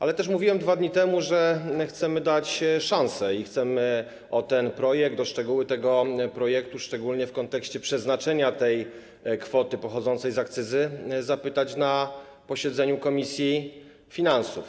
Ale też mówiłem 2 dni temu, że chcemy dać szansę i chcemy o ten projekt, o szczegóły tego projektu, szczególnie w kontekście przeznaczenia tej kwoty pochodzącej z akcyzy, zapytać na posiedzeniu komisji finansów.